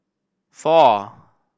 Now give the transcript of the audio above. four